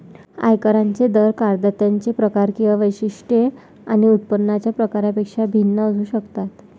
आयकरांचे दर करदात्यांचे प्रकार किंवा वैशिष्ट्ये आणि उत्पन्नाच्या प्रकारापेक्षा भिन्न असू शकतात